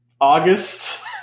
August